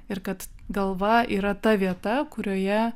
ir kad galva yra ta vieta kurioje